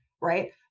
Right